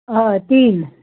हय तीन